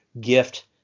gift